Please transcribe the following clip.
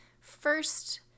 first